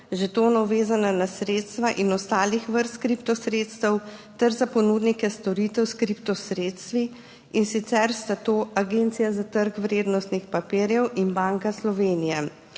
žetonov, vezanih na sredstva, in ostalih vrst kriptosredstev ter za ponudnike storitev s kriptosredstvi, in sicer sta to Agencija za trg vrednostnih papirjev in Banka Slovenije.